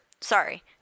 Sorry